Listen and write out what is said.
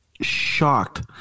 shocked